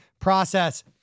process